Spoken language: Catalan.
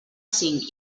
cinc